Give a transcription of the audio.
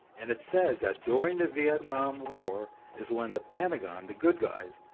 and it says that during the vietnam war is when the pentagon the good guys,